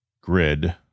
grid